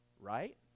right